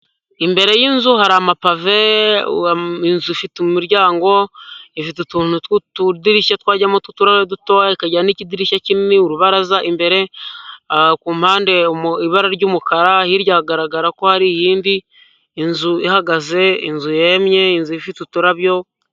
Imbere y'inzu hari amapave, inzu ifite umuryango, ifite utuntu tw'utudirishya twajyamo tw'uturahuri dutoya, ikagira n'ikidirishya kinini, urubaraza imbere, ku mpande ibara ry'umukara, hirya hagaragara ko hari iyindi, inzu ihagaze, inzu yemye, inzu ifite uturabyo.